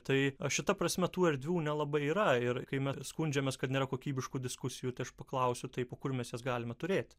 tai a šita prasme tų erdvių nelabai yra ir kai mes skundžiamės kad nėra kokybiškų diskusijų tai aš paklausiu taip o kur mes jas galime turėti